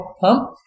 Pump